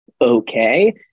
okay